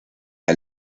del